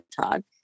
Todd